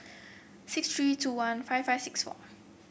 six three two one five five six four